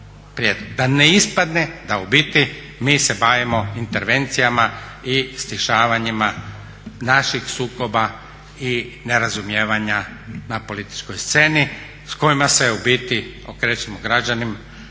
Da ne ispadne da u biti mi se bavimo intervencijama i stišavanjima naših sukoba i nerazumijevanja na političkoj sceni s kojima se u biti okrećemo građanima